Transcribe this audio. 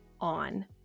on